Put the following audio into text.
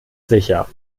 sicher